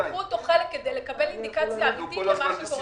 יהיה חלק מן הדיונים כדי לקבל אינדיקציה אמיתית למה שקורה בשטח.